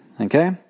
Okay